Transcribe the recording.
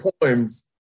poems